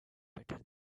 better